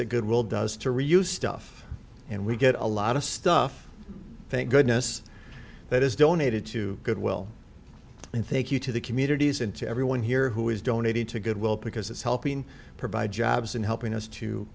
that goodwill does to reuse stuff and we get a lot of stuff thank goodness that is donated to goodwill and thank you to the communities and to everyone here who has donated to goodwill because it's helping provide jobs and helping us to